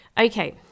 okay